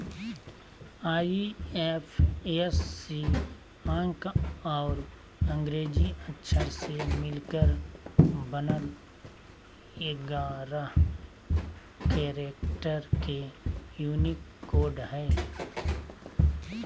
IFSC अंक और अंग्रेजी अक्षर से मिलकर बनल एगारह कैरेक्टर के यूनिक कोड हइ